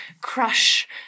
crush